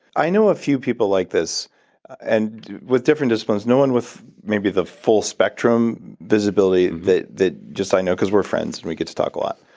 i know a few people like this and with different disciplines. no one with maybe the full spectrum visibility that that just i know, because we're friends, and we get to talk a lot,